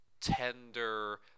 tender